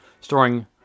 Storing